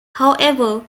however